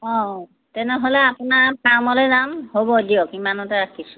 অঁ তেনেহ'লে আপোনাৰ ফাৰ্মলৈ যাম হ'ব দিয়ক ইমানতে ৰাখিছোঁ